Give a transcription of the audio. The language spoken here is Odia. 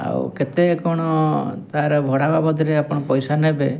ଆଉ କେତେ କଣ ତାର ଭଡ଼ା ବାବଦରେ ଆପଣ ପଇସା ନେବେ